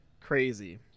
crazy